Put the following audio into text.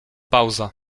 pauza